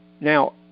Now